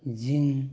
जों